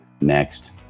next